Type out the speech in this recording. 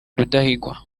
rudahigwa